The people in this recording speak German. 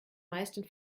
meistens